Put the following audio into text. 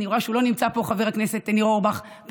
אני רואה שחבר הכנסת ניר אורבך לא נמצא פה,